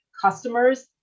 customers